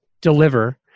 deliver